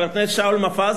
חבר הכנסת שאול מופז,